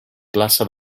plaça